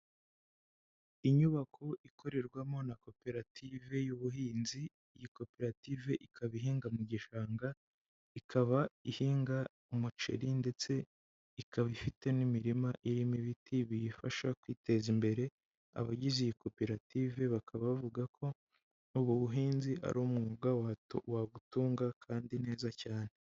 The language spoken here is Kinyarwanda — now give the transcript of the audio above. Inyubako ikorerwamo na koperative y'ubuhinzi, iyi koperative ikaba ihinga mu gishanga, ikaba ihinga umuceri ndetse ikaba ifite n'imirima irimo ibiti biyifasha kwiteza imbere, abagize iyi koperative bakaba bavuga ko ubu buhinzi ari umwuga wagutunga kandi neza cyane.